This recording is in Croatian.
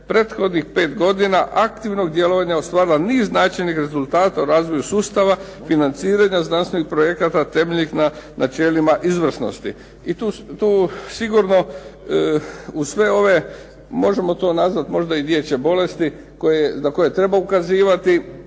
prethodnih 5 godina aktivnog djelovanja ostvarila niz značajnih rezultata u razvoju sustava, financiranja znanstvenih projekata temeljenih na načelima izvrsnosti. I tu sigurno uz sve ove možemo to nazvati i možda i dječje bolesti na koje treba ukazivati.